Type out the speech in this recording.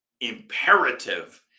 imperative